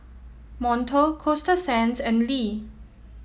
Monto Coasta Sands and Lee